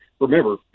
Remember